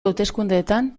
hauteskundeetan